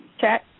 chat